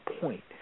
point